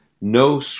no